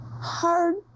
hard